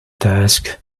task